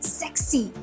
sexy